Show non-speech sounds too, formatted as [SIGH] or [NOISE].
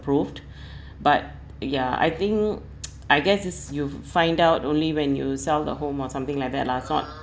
approved [BREATH] but ya I think [NOISE] I guess this you'll find out only when you sell the home or something like that lah caught